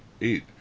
eight